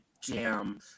jam